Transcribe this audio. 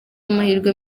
amahirwe